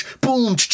boom